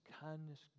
kindness